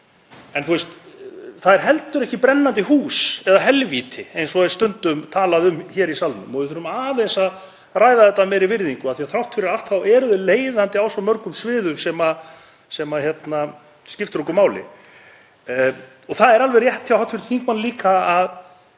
En það er heldur ekki brennandi hús eða helvíti, eins og er stundum talað um hér í salnum, og við þurfum aðeins að ræða það af meiri virðingu af því að þrátt fyrir allt er það leiðandi á svo mörgum sviðum sem skipta okkur máli. Það er alveg rétt hjá hv. þingmanni líka að